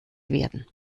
werden